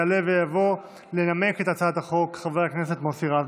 יעלה ויבוא לנמק את הצעת החוק חבר הכנסת מוסי רז.